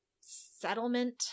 settlement